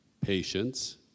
patience